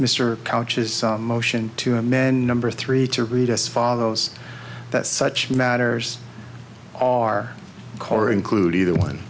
mr couch is motion to men number three to read as follows that such matters are color include either one